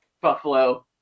Buffalo